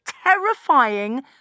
terrifying